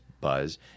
buzz